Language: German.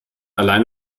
allein